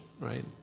right